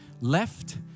left